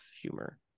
humor